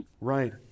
right